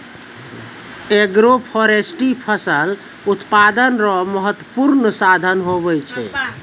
agroforestry फसल उत्पादन रो महत्वपूर्ण साधन हुवै छै